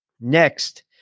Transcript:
Next